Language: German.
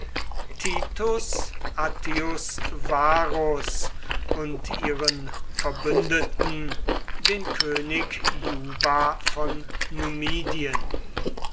attius varus und ihren verbündeten den könig juba von